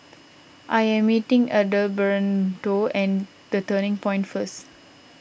I am meeting Adalberto and the Turning Point first